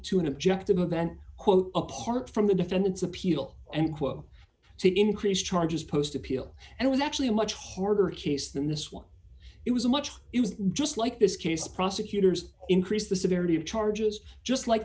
to an objective event quote apart from the defendant's appeal and quot to increase charges post appeal and was actually a much harder case than this one it was much it was just like this case prosecutors increased the severity of charges just like